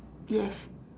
yes